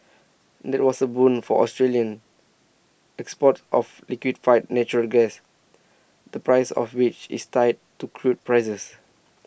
that was A boon for Australian exports of liquefied natural gas the price of which is tied to crude prices